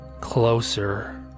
Closer